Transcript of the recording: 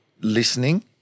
listening